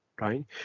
right